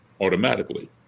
automatically